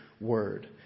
word